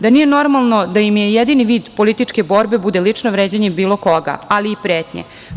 Da nije normalno da im je jedini vid političke borbe bude lično vređanje bilo koga, ali i pretnje.